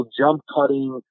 jump-cutting